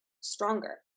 stronger